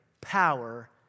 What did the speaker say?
power